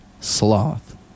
sloth